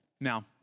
Now